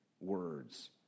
words